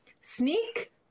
sneak